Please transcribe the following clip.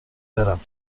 برم